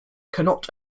cannot